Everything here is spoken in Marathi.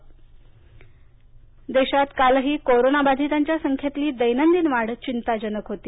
कोविड आकडेवारी देशात कालही कोरोना बाधितांच्या संख्येतील दैनंदिन वाढ चिंताजनक होती